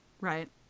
right